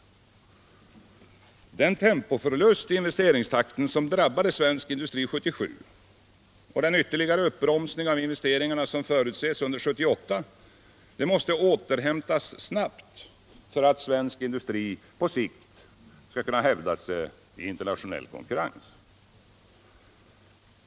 Den tempoförlust i investeringstakten som drabbade svensk industri 1977 och den ytterligare uppbromsning av investeringarna som förutses under 1978 måste återhämtas snabbt för att svensk industri på sikt skall kunna hävda sig i internationell konkurrens.